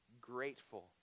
grateful